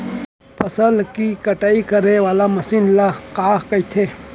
फसल की कटाई करे वाले मशीन ल का कइथे?